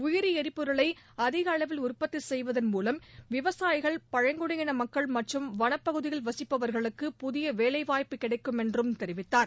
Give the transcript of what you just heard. உயிரி எரிபொருளை அதிக அளவில் உற்பத்தி செய்வதன் மூலம் விவசாயிகள் பழங்குடியின மக்கள் மற்றும் வனப்பகுதியில் வசிப்பவர்களுக்கு புதிய வேலைவாய்ப்பு கிடைக்கும் என்றும் தெரிவித்தார்